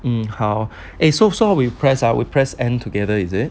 um 好 eh so so we press ah we press end together is it